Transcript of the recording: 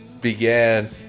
began